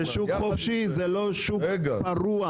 ושוק חופשי זה לא שוק פרוע.